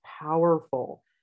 powerful